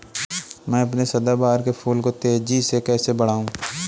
मैं अपने सदाबहार के फूल को तेजी से कैसे बढाऊं?